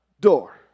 door